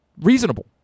Reasonable